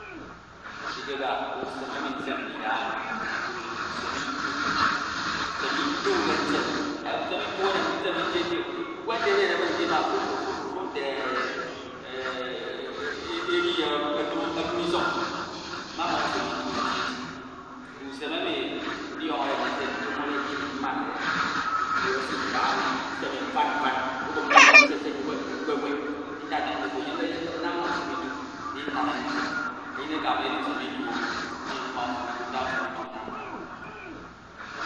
. Ndieo eka- usem emi nsende idaha oro nnyin ikesud e usem ito. Usem ito ke nsem, usen ito enen ndisem eti eti o ukwe nte ebede mm ke usua, fru fru fru fru nte edi ekim isọñ mmama usem ito eti eti, usem ndiọñode ndisem toñọde ke ini mmanade tutu esim idahsmi nsem e mfan mfan udeup min nsesem, ubup min nwewed Nte ofo eyemde yem min nnam ma usem ito ndñayuñ nnam nno fin eyin eka edi usem ito o ooo, menyun mma usem ito ndaha usem ito nnam mbra.